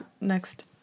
next